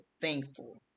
Thankful